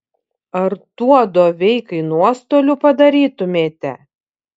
ar tuo doveikai nuostolių padarytumėte